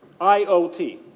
IOT